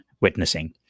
witnessing